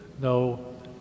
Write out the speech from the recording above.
no